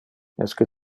esque